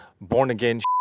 born-again